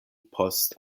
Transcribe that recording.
post